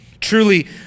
Truly